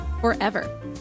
Forever